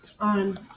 on